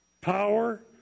power